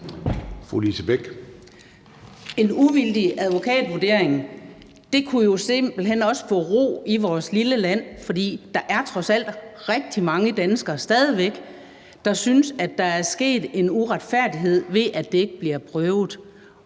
En uvildig advokatvurdering kunne jo simpelt hen også bringe ro i vores lille land, for der er trods alt stadig væk rigtig mange danskere, der synes, at der er sket en uretfærdighed, ved at det ikke bliver prøvet.